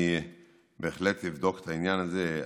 אני בהחלט אבדוק את העניין הזה,